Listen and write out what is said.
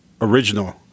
original